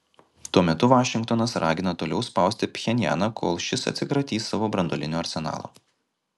tuo metu vašingtonas ragina toliau spausti pchenjaną kol šis atsikratys savo branduolinio arsenalo